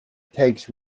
takes